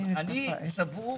אני סבור